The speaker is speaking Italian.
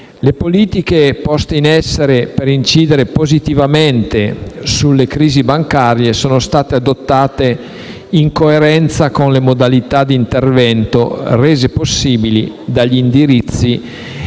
Le politiche poste in essere per incidere positivamente sulle crisi bancarie sono state adottate in coerenza con le modalità di intervento rese possibili dagli indirizzi